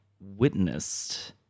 witnessed